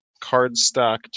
cardstock